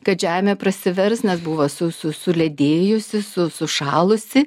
kad žemė prasivers nes buvo su su suledėjusi su sušalusi